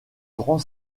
grand